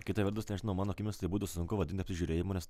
kita vertus nežinau mano akimis tai būtų sunku vadinti apsižiūrėjimu nes